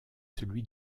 celui